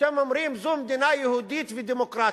אתם אומרים: זו מדינה יהודית ודמוקרטית.